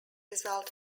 result